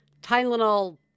Tylenol